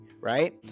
right